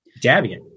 Davian